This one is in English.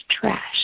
trash